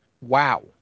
WoW